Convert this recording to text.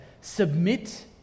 submit